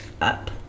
up